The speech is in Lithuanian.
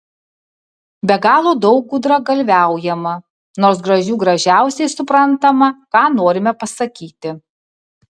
be galo daug gudragalviaujama nors gražių gražiausiai suprantama ką norime pasakyti